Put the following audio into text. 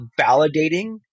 validating